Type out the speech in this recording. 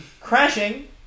Crashing